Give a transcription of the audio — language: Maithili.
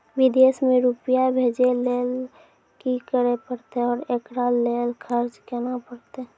विदेश मे रुपिया भेजैय लेल कि करे परतै और एकरा लेल खर्च केना परतै?